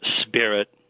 spirit